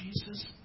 Jesus